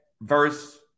verse